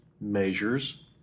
measures